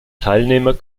teilnehmer